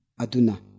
aduna